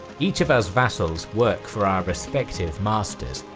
each of us vassals work for our respective masters.